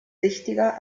wichtiger